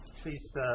Please